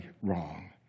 wrong